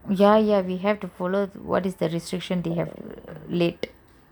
ya ya we have to follow the restriction what they have laid